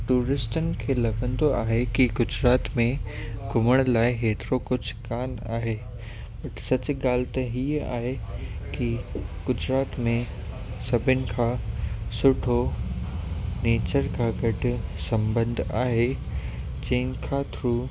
टुरिस्टनि खे लॻंदो आहे कि गुजरात में घुमण लाइ हेतिरो कुझु कान आहे सचु ॻाल्हि त ही आहे कि गुजरात में सभिनी खां सुठो नेचर खां गॾु संबंध आहे जंहिं खां थ्रू